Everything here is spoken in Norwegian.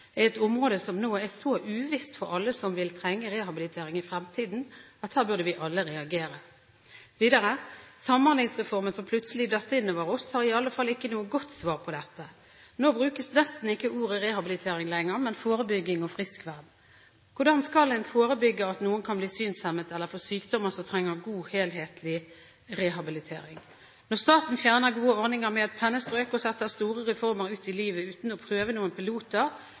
et område som nå er så uvisst for alle som vil trenge rehabilitering i fremtiden at her burde vi alle reagere». Videre: «Samhandlingsreformen som plutselig datt innover oss har i alle fall ikke noe godt svar på dette. Nå brukes nesten ikke ordet rehabilitering lenger, men forebygging og friskvern. Hvordan skal en forebygge at noen kan bli synshemmet eller får sykdommer som trenger god og helhetlig rehabilitering? Når staten fjerner gode ordninger med et pennestrøk og setter store reformer ut i livet uten å prøve noen piloter